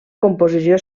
composició